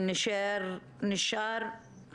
נשארה